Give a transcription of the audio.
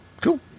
Cool